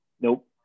Nope